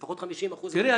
לפחות 50% --- תראי,